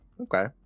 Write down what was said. Okay